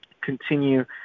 continue